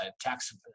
tax